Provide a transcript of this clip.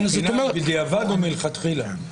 בדיעבד או מלכתחילה?